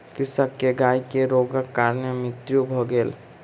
कृषक के गाय के रोगक कारण मृत्यु भ गेल